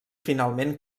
finalment